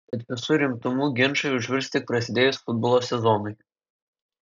bet visu rimtumu ginčai užvirs tik prasidėjus futbolo sezonui